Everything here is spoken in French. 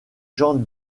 gens